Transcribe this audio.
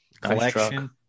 collection